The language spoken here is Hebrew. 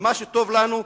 ומה שטוב לנו,